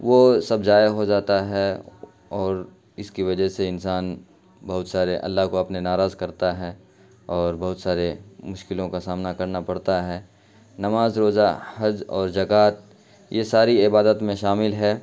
وہ سب ضائع ہو جاتا ہے اور اس کی وجہ سے انسان بہت سارے اللہ کو اپنے ناراض کرتا ہے اور بہت سارے مشکلوں کا سامنا کرنا پڑتا ہے نماز روزہ حج اور ذکات یہ ساری عبادت میں شامل ہے